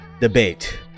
debate